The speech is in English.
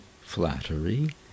flattery